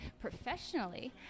professionally